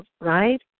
right